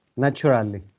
naturally